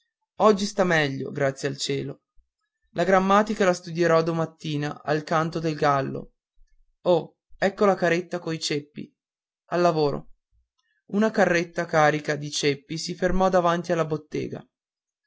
oggi sta meglio grazie al cielo la grammatica la studierò domattina al canto del gallo oh ecco la carretta coi ceppi al lavoro una carretta carica di ceppi si fermò davanti alla bottega